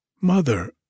mother